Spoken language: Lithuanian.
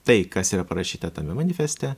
tai kas yra parašyta tame manifeste